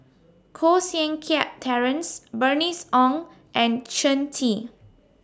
Koh Seng Kiat Terence Bernice Ong and Shen Xi